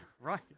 Right